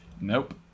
nope